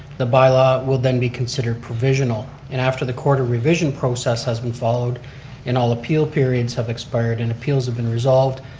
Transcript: the bylaw will then be considered provisional and after the quarter revision process has been followed in all appeal periods periods have expired and appeals have been resolved,